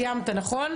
סיימת, נכון?